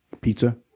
pizza